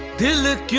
do the